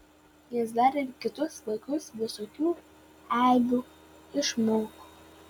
jis dar ir kitus vaikus visokių eibių išmoko